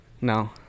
No